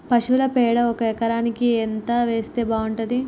పశువుల పేడ ఒక ఎకరానికి ఎంత వేస్తే బాగుంటది?